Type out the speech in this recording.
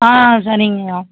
ஆ சரிங்க